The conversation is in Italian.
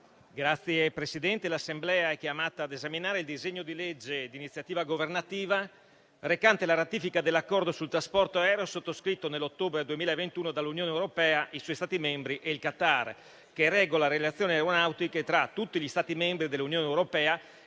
Signor Presidente, l'Assemblea è chiamata ad esaminare il disegno di legge di iniziativa governativa recante la ratifica dell'Accordo sul trasporto aereo sottoscritto nell'ottobre 2021 dall'Unione europea, i suoi Stati membri e il Qatar, che regola le relazioni aeronautiche tra tutti gli Stati membri dell'Unione europea